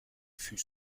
fut